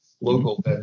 local